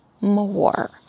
more